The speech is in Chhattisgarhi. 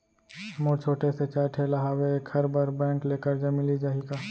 मोर छोटे से चाय ठेला हावे एखर बर बैंक ले करजा मिलिस जाही का?